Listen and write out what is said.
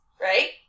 right